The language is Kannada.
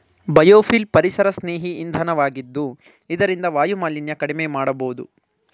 ಬಯೋಫಿಲ್ ಪರಿಸರಸ್ನೇಹಿ ಇಂಧನ ವಾಗಿದ್ದು ಇದರಿಂದ ವಾಯುಮಾಲಿನ್ಯ ಕಡಿಮೆ ಮಾಡಬೋದು